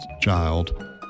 child